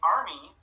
Army